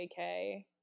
jk